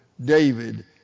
David